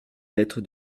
lettre